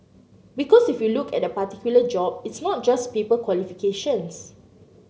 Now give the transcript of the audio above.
because if you look at a particular job it's not just paper qualifications